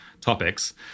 topics